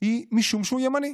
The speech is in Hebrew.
היא משום שהוא ימני,